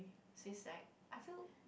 seems like I feel